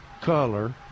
Color